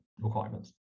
requirements